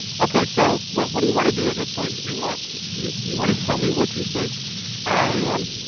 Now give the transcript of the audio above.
okay so what what do you wanna do at this point? do you want, you you wanna tell me what you think i am?